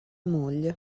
moglie